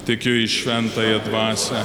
tikiu į šventąją dvasią